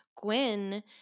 Gwen